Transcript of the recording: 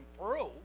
improve